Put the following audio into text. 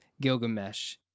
Gilgamesh